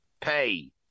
pay